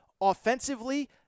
offensively